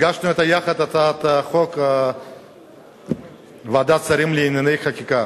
הגשנו יחד את הצעת החוק לוועדת שרים לענייני חקיקה,